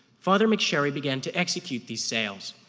father mcsherry began to execute these sales,